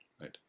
right